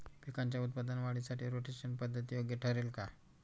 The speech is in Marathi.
पिकाच्या उत्पादन वाढीसाठी रोटेशन पद्धत योग्य ठरेल का?